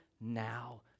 now